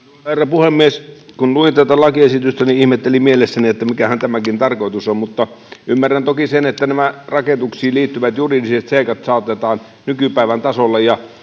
puhemies kun luin tätä lakiesitystä niin ihmettelin mielessäni mikähän tämänkin tarkoitus on mutta ymmärrän toki sen että nämä rakennuksiin liittyvät juridiset seikat saatetaan nykypäivän tasolle